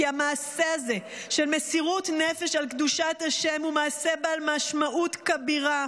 כי המעשה הזה של מסירות נפש על קדושת השם הוא מעשה בעל משמעות כבירה,